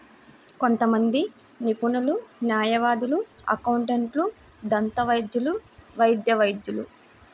కొంతమంది నిపుణులు, న్యాయవాదులు, అకౌంటెంట్లు, దంతవైద్యులు, వైద్య వైద్యులు